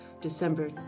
December